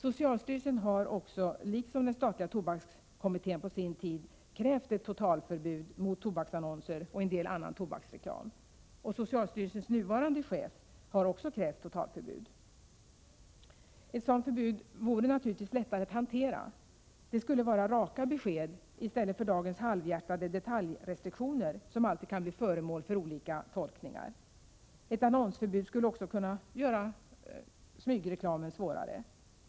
Socialstyrelsen har också, som Martin Olsson framförde, liksom den statliga tobakskommittén på sin tid, krävt ett totalförbud mot tobaksannonser och en del annan tobaksreklam. Socialstyrelsens nuvarande chef har också krävt totalförbud. Ett sådant förbud vore mycket lättare att hantera. Det skulle vara raka besked i stället för dagens halvhjärtade detaljrestriktioner, som alltid kan bli föremål för olika tolkningar. Ett annonsförbud skulle också göra smygreklamen svårare.